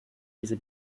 diese